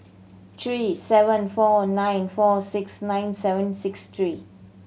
three seven four nine four six nine seven six three